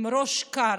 בראש קר,